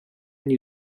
new